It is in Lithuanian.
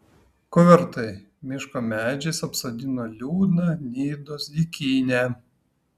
kuvertai miško medžiais apsodino liūdną nidos dykynę